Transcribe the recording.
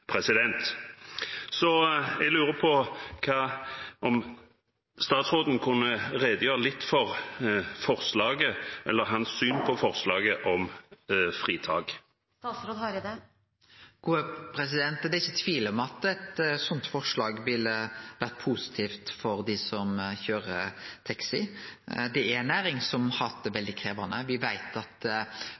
Så jeg lurer på om statsråden kunne redegjøre litt for sitt syn på forslaget om fritak. Det er ikkje tvil om at eit sånt forslag ville vore positivt for dei som køyrer taxi. Det er ei næring som har hatt det veldig krevjande. Me veit at